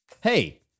Hey